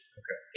okay